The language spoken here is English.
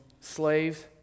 slaves